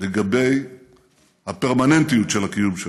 לגבי הפרמננטיות של הקיום שלנו.